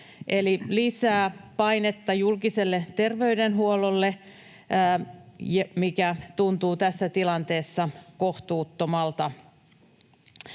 lisää painetta julkiselle terveydenhuollolle, mikä tuntuu tässä tilanteessa kohtuuttomalta.